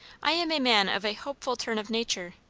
i am a man of a hopeful turn of nature.